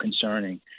concerning